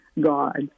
God